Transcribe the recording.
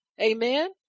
Amen